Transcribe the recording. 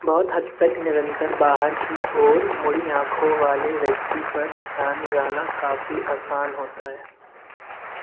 बहुत हद तक निरंतर बाहर की ओर मुड़ी आँखों वाले व्यक्ति पर ध्यान जाना काफ़ी आसान होता है